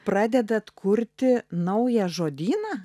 pradedat kurti naują žodyną